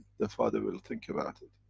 the father will think about it.